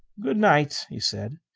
good night, he said.